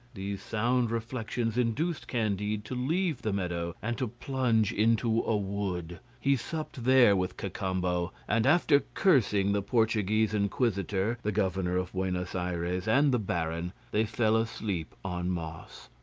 these sound reflections induced candide to leave the meadow and to plunge into a wood. he supped there with cacambo and after cursing the portuguese inquisitor, the governor of buenos ayres, and the baron, they fell asleep on moss.